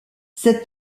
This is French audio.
cette